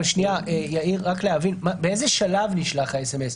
יאיר, רק להבין, באיזה שלב נשלח האס.אמ.אס?